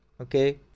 Okay